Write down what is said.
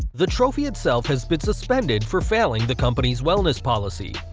the trophy itself has been suspended for failing the company's wellness policy.